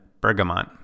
bergamot